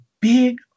big